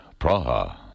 Praha. (